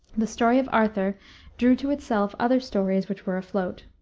the story of arthur drew to itself other stories which were afloat.